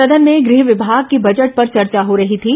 सदन में गृह विमाग की बजट पर चर्चा हो रही थी